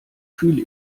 fühle